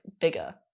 bigger